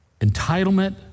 Entitlement